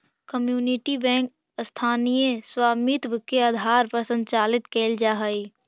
community bank स्थानीय स्वामित्व के आधार पर संचालित कैल जा हइ